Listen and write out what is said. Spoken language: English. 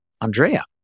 Andrea